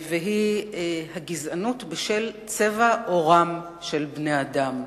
והיא הגזענות בשל צבע עורם של בני-האדם.